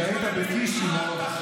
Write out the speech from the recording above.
כשהיית בקישינב,